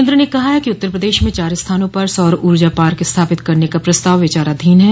केन्द्र ने कहा है कि उत्तर प्रदेश में चार स्थानों पर सौर ऊर्जा पार्क स्थापित करने का प्रस्ताव विचाराधीन है